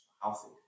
Healthy